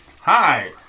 Hi